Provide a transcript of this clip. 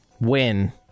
win